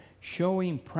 showing